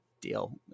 deal